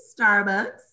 Starbucks